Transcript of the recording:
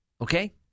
Okay